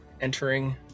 entering